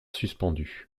suspendue